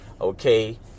okay